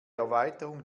erweiterung